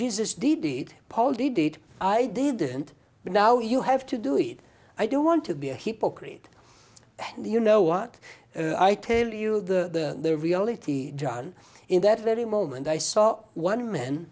it i didn't but now you have to do it i don't want to be a hypocrite you know what i tell you the reality john in that very moment i saw one man